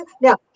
Now